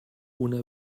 una